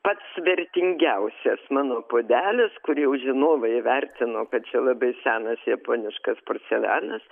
pats vertingiausias mano puodelis kur jau žinovai įvertino kad čia labai senas japoniškas porcelianas